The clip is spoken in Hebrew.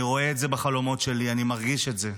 אני רואה את זה בחלומות שלי, אני מרגיש את זה.